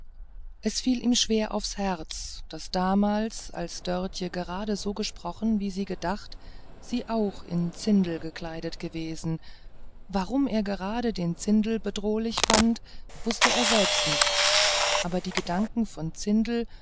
es fiel ihm schwer aufs herz daß damals als dörtje gerade so gesprochen wie sie gedacht sie auch in zindel gekleidet gewesen warum er gerade den zindel bedrohlich fand wußte er selbst nicht aber die gedanken von zindel